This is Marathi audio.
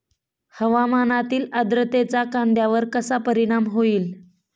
हवामानातील आर्द्रतेचा कांद्यावर कसा परिणाम होईल?